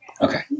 Okay